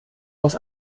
aus